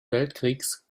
weltkrieges